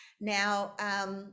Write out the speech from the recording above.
Now